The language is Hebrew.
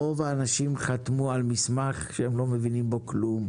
רוב האנשים חתמו על מסמך שהם לא מבינים בו כלום.